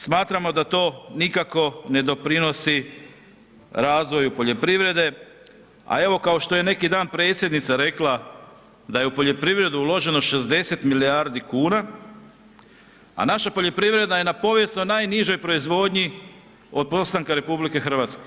Smatramo da to nikako ne doprinosi razvoju poljoprivrede, a evo kao što je neki dan predsjednica rekla da je u poljoprivredu uloženo 60 milijardi kuna, a naša poljoprivreda je na povijesno najnižoj proizvodnji od postanka RH.